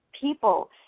people